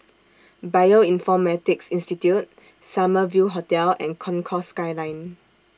Bioinformatics Institute Summer View Hotel and Concourse Skyline